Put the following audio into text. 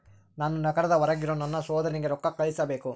ನಾನು ನಗರದ ಹೊರಗಿರೋ ನನ್ನ ಸಹೋದರನಿಗೆ ರೊಕ್ಕ ಕಳುಹಿಸಬೇಕು